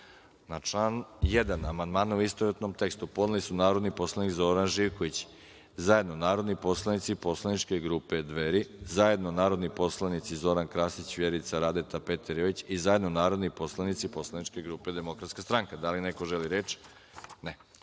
član 13. amandmane, u istovetnom tekstu, podneli su narodni poslanik Zoran Živković, i zajedno narodni poslanici Poslaničke grupe Dveri i zajedno narodni poslanici Zoran Krasić, Vjerica Radeta i Petar Jojić, i zajedno narodni poslanici Poslaničke grupe DS .Da li neko želi reč?